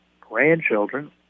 grandchildren